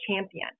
champion